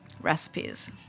recipes